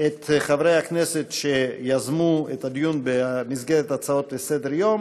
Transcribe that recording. את חברי הכנסת שיזמו את הדיון במסגרת הצעות לסדר-יום.